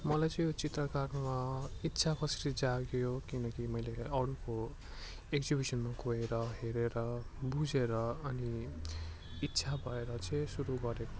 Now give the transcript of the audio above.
मलाई चाहिँ यो चित्रकारमा इच्छा कसरी जाग्यो किनकि मैले अरूको एक्जिबिसनमा गएर हेरेर बुझेर अनि इच्छा भएर चाहिँ सुरु गरेको